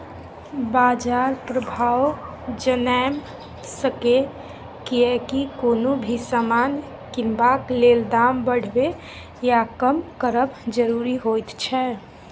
बाजार प्रभाव जनैम सकेए कियेकी कुनु भी समान किनबाक लेल दाम बढ़बे या कम करब जरूरी होइत छै